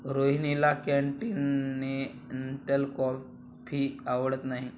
रोहिणीला continental coffee आवडत नाही